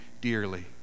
dearly